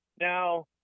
now